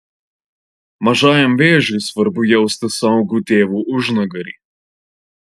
mažajam vėžiui svarbu jausti saugų tėvų užnugarį